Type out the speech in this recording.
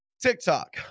TikTok